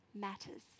matters